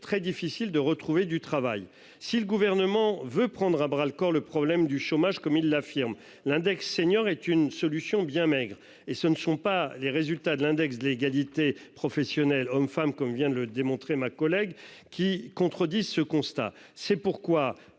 très difficile de retrouver du travail. Si le gouvernement veut prendre à bras le corps le problème du chômage, comme il l'affirme, l'index senior est une solution bien maigre et ce ne sont pas les résultats de l'index de l'égalité professionnelle hommes-femmes comme vient de le démontrer. Ma collègue qui contredisent ce constat. C'est pourquoi